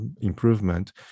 improvement